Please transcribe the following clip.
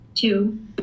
Two